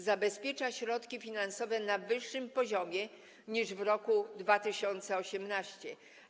Zabezpiecza środki finansowe na wyższym poziomie niż w roku 2018.